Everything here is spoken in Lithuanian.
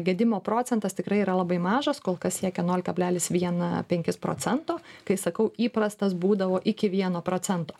gedimo procentas tikrai yra labai mažas kol kas siekia nol kablelis vieną penkis procento kai sakau įprastas būdavo iki vieno procento